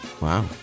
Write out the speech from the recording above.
Wow